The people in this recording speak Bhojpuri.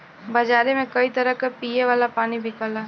बजारे में कई तरह क पिए वाला पानी बिकला